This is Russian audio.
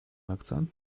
акцент